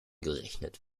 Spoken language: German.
gerechnet